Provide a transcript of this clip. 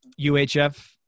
UHF